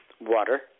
water